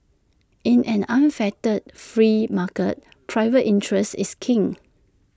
in an unfettered free market travel interest is king